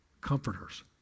comforters